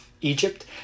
Egypt